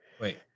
Wait